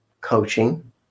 Coaching